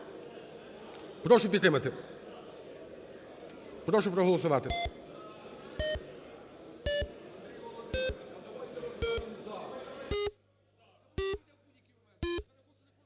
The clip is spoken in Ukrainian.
Прошу підтримати. прошу проголосувати.